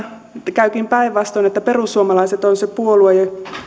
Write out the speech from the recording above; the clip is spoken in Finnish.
käykin päinvastoin että perussuomalaiset on se puolue